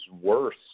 worse